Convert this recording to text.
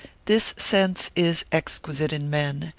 this sense is exquisite in men,